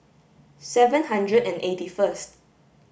seven hundred and eight first